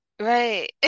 right